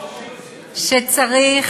שצריך